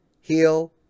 heal